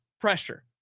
pressure